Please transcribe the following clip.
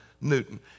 Newton